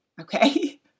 okay